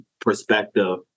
perspective